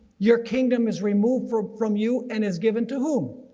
your kingdom is removed from from you and is given to whom?